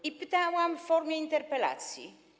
I pytałam w formie interpelacji.